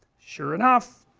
sure enough,